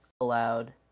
allowed